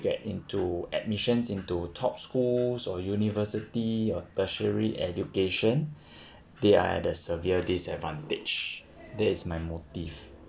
get into admissions into top schools or university or tertiary education they are at a severe disadvantage that is my motive